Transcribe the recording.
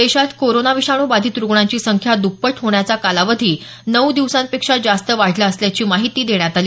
देशात कोरोना विषाणू बाधित रूग्णांची संख्या दप्पट होण्याचा कालावधी नऊ दिवसांपेक्षा जास्त वाढला असल्याची माहिती देण्यात आली